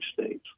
States